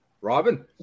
Robin